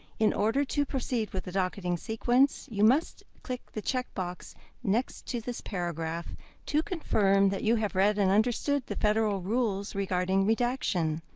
in order to proceed with the docketing sequence, you must click the checkbox next to this paragraph to confirm that you have read and understood the federal rules regarding redaction.